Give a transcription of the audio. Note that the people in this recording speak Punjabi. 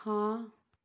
ਹਾਂ